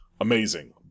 amazing